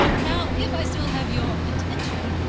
now if i still have your attention,